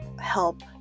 help